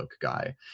guy